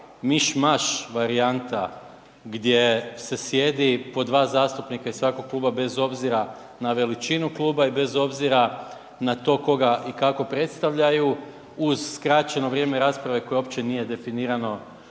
miš maš varijanta gdje se sjedi po dva zastupnika iz svakog kluba bez obzira na veličinu kluba i bez obzira na to koga i kako predstavljaju uz skraćeno vrijeme rasprave koje uopće nije definirano